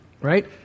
right